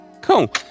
cool